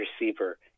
receiver